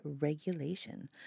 Regulation